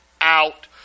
out